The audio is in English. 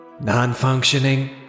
Non-functioning